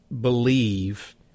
believe